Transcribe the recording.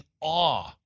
awe